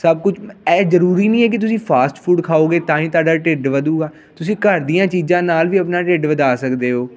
ਸਭ ਕੁਝ ਇਹ ਜ਼ਰੂਰੀ ਨਹੀਂ ਹੈ ਕਿ ਤੁਸੀਂ ਫਾਸਟ ਫੂਡ ਖਾਓਗੇ ਤਾਂ ਹੀ ਤੁਹਾਡਾ ਢਿੱਡ ਵਧੂਗਾ ਤੁਸੀਂ ਘਰ ਦੀਆਂ ਚੀਜ਼ਾਂ ਨਾਲ ਵੀ ਆਪਣਾ ਢਿੱਡ ਵਧਾ ਸਕਦੇ ਹੋ